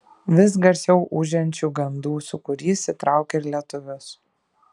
vis garsiau ūžiančių gandų sūkurys įtraukė ir lietuvius